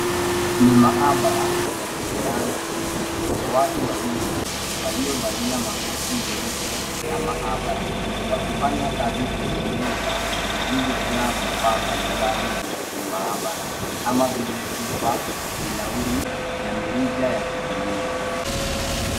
Ni maabara ya kisayansi yenye watu wawili waliovalia makoti meupe ya maabara wakifanya kazi kwenye meza zilizojaa vifaa mbalimbali vya kimaabara kama vile chupa, bilauri na mirija ya kupimia.